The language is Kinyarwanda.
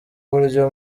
buryo